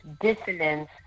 dissonance